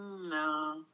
No